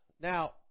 Now